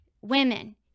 Women